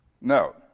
No